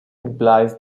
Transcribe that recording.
implies